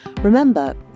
Remember